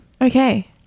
Okay